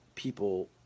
people